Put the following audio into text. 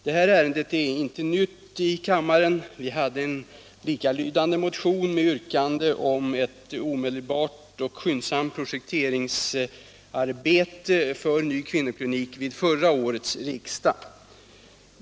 Det här ärendet är inte nytt i kammaren. Vi hade en likalydande motion med yrkande om ett omedelbart och skyndsamt projekteringsarbete för ny kvinnoklinik vid förra årets riksdag.